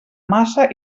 massa